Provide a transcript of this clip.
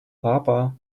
папа